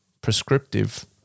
prescriptive